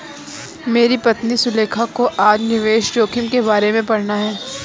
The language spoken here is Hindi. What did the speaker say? मेरी पत्नी सुलेखा को आज निवेश जोखिम के बारे में पढ़ना है